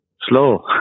slow